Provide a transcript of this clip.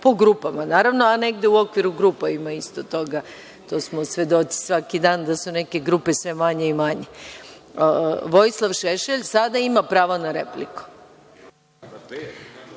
Po grupama, naravno, a negde i u okviru grupa ima isto toga, to smo svedoci svaki dan da su neke grupe sve manje i manje. Vojislav Šešelj sada ima pravo na repliku.